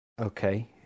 Okay